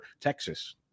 Texas